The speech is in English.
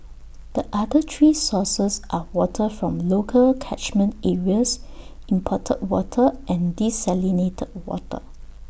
the other three sources are water from local catchment areas imported water and desalinated water